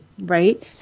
right